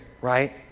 right